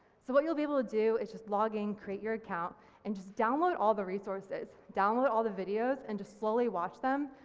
so what you'll be able to do is just login, create your account and just download all the resources. download all the videos and just slowly watch them,